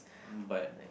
mm but